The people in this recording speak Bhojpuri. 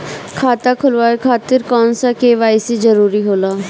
खाता खोलवाये खातिर कौन सा के.वाइ.सी जरूरी होला?